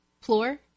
floor